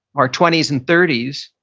our twenty s and thirty s,